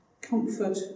Comfort